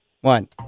one